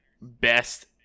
best